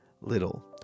little